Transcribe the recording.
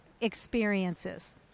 experiences